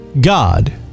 God